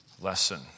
lesson